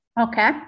Okay